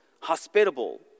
Hospitable